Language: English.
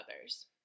others